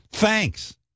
Thanks